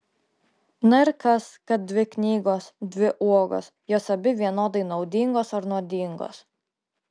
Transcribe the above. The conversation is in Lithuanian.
na ir kas kad dvi knygos dvi uogos jos abi vienodai naudingos ar nuodingos